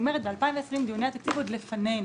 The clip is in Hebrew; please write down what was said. ב-2020 דיוני התקציב עוד לפנינו.